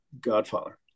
godfather